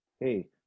hey